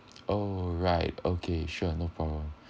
oh right okay sure no problem